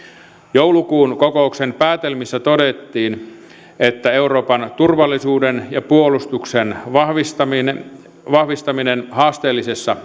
joulukuun kokouksen päätelmissä todettiin että euroopan turvallisuuden ja puolustuksen vahvistaminen vahvistaminen haasteellisessa